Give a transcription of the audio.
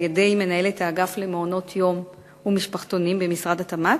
על-ידי מנהלת האגף למעונות-יום ומשפחתונים במשרד התמ"ת,